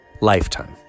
lifetime